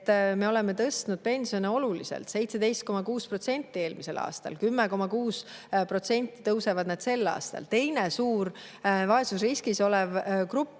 oluliselt tõstnud pensione, 17,6% eelmisel aastal, 10,6% tõusevad need sel aastal. Teine suur vaesusriskis olev grupp